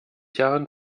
jahren